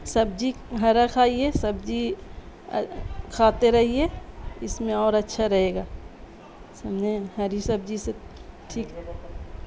سبزی ہرا کھائیے سبزی کھاتے رہیے اس میں اور اچھا رہے گا س نے ہری سبزی سے ٹھیکے گا